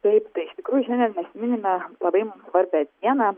taip tai iš tikrųjų šiandien mes minime labai mum svarbią dieną